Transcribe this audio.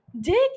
dick